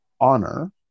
honor